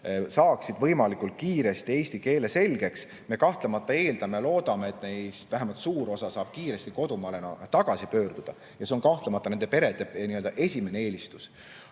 saaksid võimalikult kiiresti eesti keele selgeks. Me kahtlemata eeldame ja loodame, et neist vähemalt suur osa saab kiiresti kodumaale tagasi pöörduda, ja see on kahtlemata nende perede esimene eelistus.